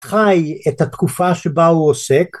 חי את התקופה שבה הוא עוסק